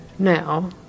Now